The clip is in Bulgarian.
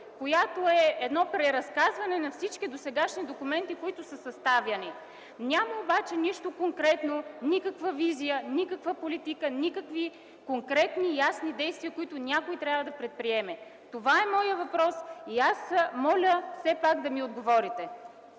която е едно преразказване на всички досегашни документи, които са съставяни. Няма обаче нищо конкретно, никаква визия, никаква политика, никакви конкретни и ясни действия, които някой трябва да предприеме. Това е моят въпрос и аз моля все пак да ми отговорите.